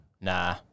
Nah